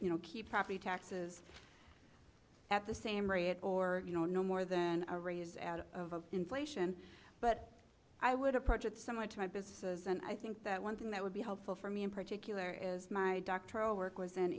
you know keep property taxes at the same rate or you know no more than a raise out of inflation but i would approach it somewhat to my businesses and i think that one thing that would be helpful for me in particular is my doctoral work w